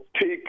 take